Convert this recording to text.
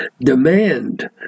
demand